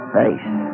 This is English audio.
face